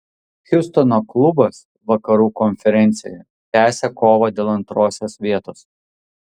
hjustono klubas vakarų konferencijoje tęsia kovą dėl antrosios vietos